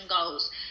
goals